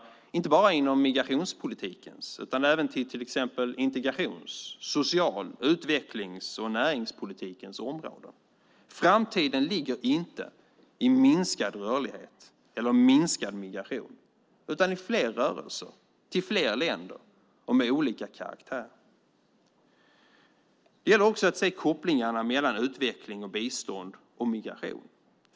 Det handlar inte bara om migrationspolitikens område utan även om områden som integration, sociala frågor, utveckling och näringspolitik. Framtiden ligger inte i minskad rörlighet eller minskad migration utan i fler rörelser till fler länder och med olika karaktär. Det gäller också att se kopplingarna mellan utveckling, bistånd och migration.